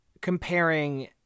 comparing